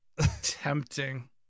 Tempting